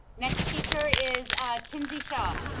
next speaker is kenzie shaw.